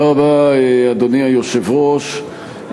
אדוני היושב-ראש,